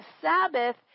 Sabbath